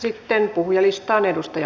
sitten puhujalistaan